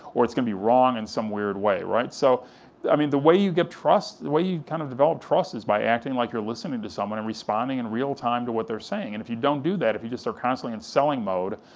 or it's gonna be wrong in some weird way, right? so i mean the way you get trust, the way you kind of develop trust is by acting like you're listening to someone and responding in real time to what they're saying, and if you don't do that, if you just are constantly in selling mode,